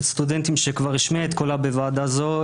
סטודנטים שכבר השמיעה את קולה בוועדה זו,